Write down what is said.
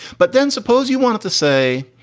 but then suppose you wanted to say,